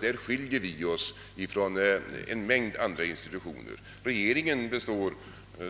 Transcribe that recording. Där skiljer vi oss från en mängd andra institutioner.